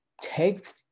take